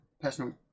personal